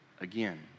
again